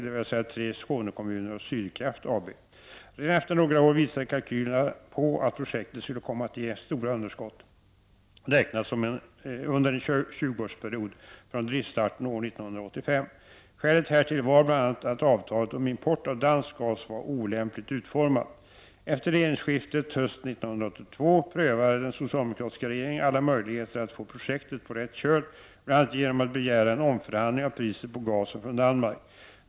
dvs. tre Skånekommuner och Sydkraft AB. Redan efter några år visade kalkylerna på att projektet skulle komma att ge stora underskott, räknat under en 20-årsperiod från driftsstarten år 1985. Skälet härtill var bl.a. att avtalet om import av dansk gas var olämpligt utformat. Efter regeringsskiftet hösten 1982 prövade den socialdemokratiska regeringen alla möjligheter att få projektet på rätt köl, bl.a. genom att begära en omförhandling av priset på gasen från Danmark.